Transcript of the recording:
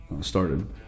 started